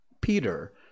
Peter